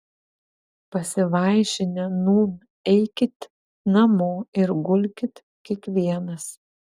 pasivaišinę nūn eikit namo ir gulkit kiekvienas